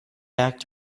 back